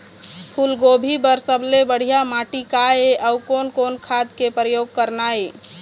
फूलगोभी बर सबले बढ़िया माटी का ये? अउ कोन कोन खाद के प्रयोग करना ये?